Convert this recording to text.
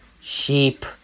sheep